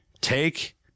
take